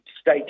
state